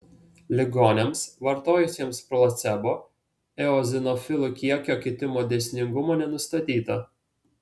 ligoniams vartojusiems placebo eozinofilų kiekio kitimo dėsningumo nenustatyta